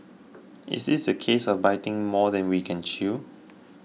is this a case of biting more than we can chew